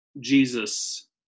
Jesus